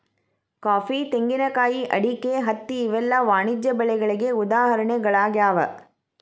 coffee, ತೆಂಗಿನಕಾಯಿ, ಅಡಿಕೆ, ಹತ್ತಿ ಇವೆಲ್ಲ ವಾಣಿಜ್ಯ ಬೆಳೆಗಳಿಗೆ ಉದಾಹರಣೆಗಳಾಗ್ಯಾವ